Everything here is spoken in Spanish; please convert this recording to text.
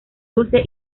dulce